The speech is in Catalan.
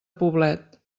poblet